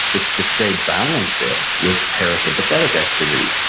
it's to say balance it with parasympathetic activity,